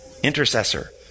Intercessor